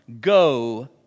go